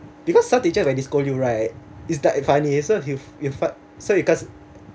because some teacher when they scold you right is like it funny so he if fun~ so because